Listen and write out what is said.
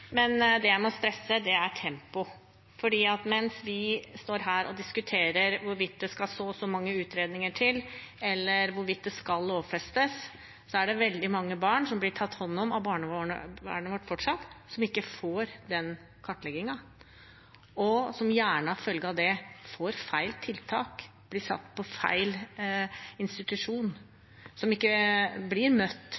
Men det jeg må stresse, er tempoet. For mens vi står her og diskuterer hvorvidt det skal så og så mange utredninger til, eller hvorvidt det skal lovfestes, er det fortsatt veldig mange barn som blir tatt hånd om av barnevernet vårt som ikke får den kartleggingen, og som gjerne som følge av det får feil tiltak, blir satt på feil